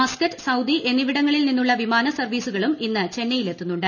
Muscat Saudi എന്നിവിടങ്ങളിൽ നിന്നുള്ള വിമാന സർവ്വീസുകളും ഇന്ന് ചെന്നൈയിലെത്തുന്നുണ്ട്